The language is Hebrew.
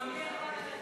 הכנסת